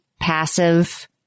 passive